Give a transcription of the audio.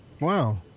Wow